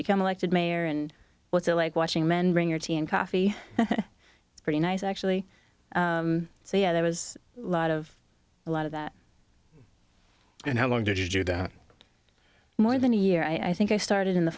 become elected mayor and what's it like watching men bring your tea and coffee pretty nice actually so yeah there was a lot of a lot of that and how long did your dad more than a year i think i started in the